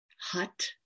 hut